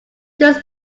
those